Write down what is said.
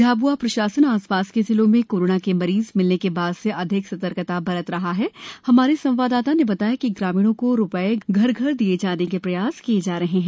झाब्आ प्रशासन आसपास के जिलों में कोरोना के मरीज मिले के बाद से अधिक सतर्कता बरत रहा है कलेक्टर प्रबल सिपाहा ने बताया कि ग्रामीणों को रुपये घर घर दिए जाने के प्रयास किये जा रहे हैं